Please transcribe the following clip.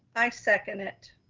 i second it.